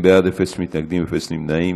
20 בעד, אין מתנגדים, אין נמנעים.